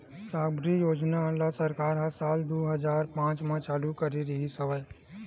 साकम्बरी योजना ल सरकार ह साल दू हजार पाँच म लागू करे रिहिस हवय